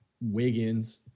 Wiggins